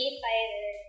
fighter